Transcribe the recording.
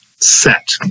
set